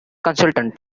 consultant